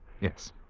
Yes